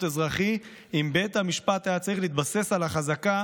האזרחי אם בית המשפט היה צריך להתבסס על החזקה